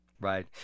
Right